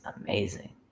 amazing